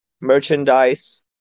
merchandise